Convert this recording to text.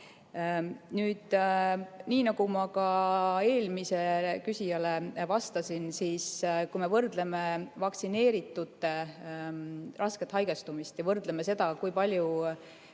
Nii nagu ma ka eelmisele küsijale vastates ütlesin, kui me võrdleme vaktsineeritute rasket haigestumist ja võrdleme seda, kui palju